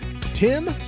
Tim